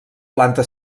planta